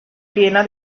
piena